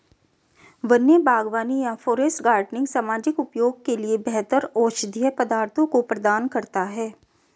वन्य बागवानी या फॉरेस्ट गार्डनिंग सामाजिक उपयोग के लिए बेहतर औषधीय पदार्थों को प्रदान करता है